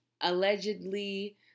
allegedly